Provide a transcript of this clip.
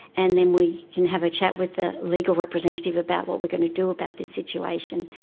and then we can have a chat with the legal representative about what we're going to do about this situation.